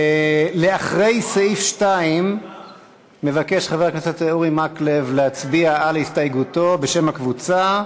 לאחרי סעיף 2 מבקש חבר הכנסת אורי מקלב להצביע על הסתייגותו בשם הקבוצה,